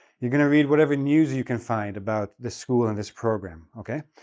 you're going to read whatever news you can find about this school and this program, okay?